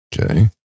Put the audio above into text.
Okay